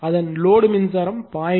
அதன் லோடு மின்சாரம் 0